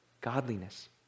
godliness